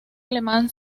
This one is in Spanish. alemán